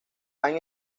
han